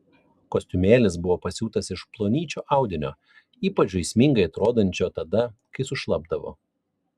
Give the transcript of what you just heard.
kostiumėlis buvo pasiūtas iš plonyčio audinio ypač žaismingai atrodančio tada kai sušlapdavo